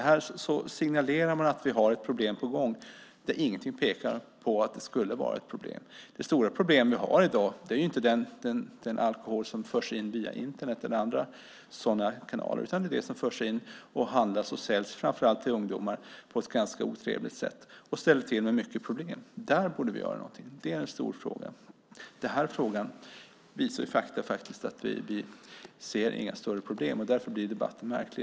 Man signalerar att vi har ett problem på gång när ingenting pekar på att vi har det. Det stora problem vi har i dag är inte den alkohol som förs in via Internet eller andra sådana kanaler utan det är sådant som förs in, handlas med och säljs framför allt till ungdomar på ett ganska otrevligt sätt. Det ställer till med mycket problem. Där borde vi göra någonting. Det är en stor fråga. I den här frågan visar fakta att vi inte har några större problem. Därför blir debatten märklig.